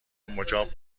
مجاب